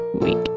week